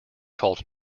called